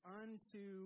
unto